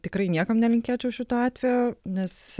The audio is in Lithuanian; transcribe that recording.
tikrai niekam nelinkėčiau šito atvejo nes